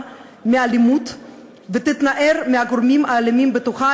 מאלימות ותתנער מהגורמים האלימים בתוכה,